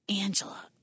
Angela